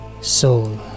soul